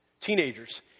Teenagers